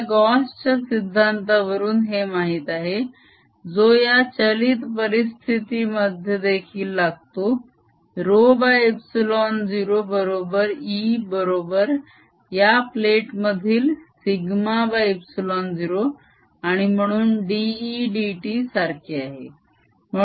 मला गॉस च्या सिद्धांतावरून हे माहित आहे जो या चलित परिस्थिती मध्ये देखील लागतो ρε0 बरोबर E बरोबर या प्लेट मधील σε0 आणि म्हणून dE dt सारखे आहे